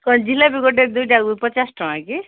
କ'ଣ ଜିଲାପି ଗୋଟେ ଦୁଇଟାକୁ ପଚାଶ ଟଙ୍କା କି